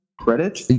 credit